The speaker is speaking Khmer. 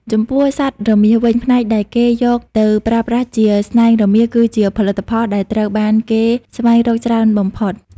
ចំពោះសត្វរមាសវិញ ផ្នែកដែលគេយកទៅប្រើប្រាស់ជាស្នែងរមាស គឺជាផលិតផលដែលត្រូវបានគេស្វែងរកច្រើនបំផុត។